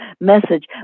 message